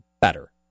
better